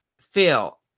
Phil